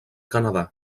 canadà